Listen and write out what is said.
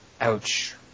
Ouch